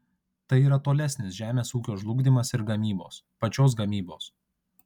tai yra tolesnis žemės ūkio žlugdymas ir gamybos pačios gamybos